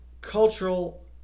cultural